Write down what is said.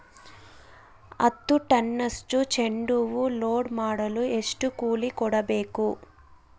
ಹತ್ತು ಟನ್ನಷ್ಟು ಚೆಂಡುಹೂ ಲೋಡ್ ಮಾಡಲು ಎಷ್ಟು ಕೂಲಿ ಕೊಡಬೇಕು?